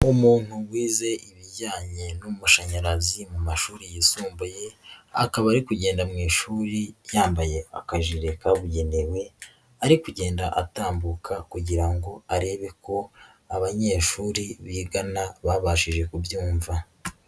Umuntu wize ibijyanye n'amashanyarazi mu mashuri yisumbuye akaba ari kugenda mu ishuri yambaye akajire kabugenewe ari kugenda atambuka kugira ngo arebe ko abanyeshuri bigana babashije kubyumva.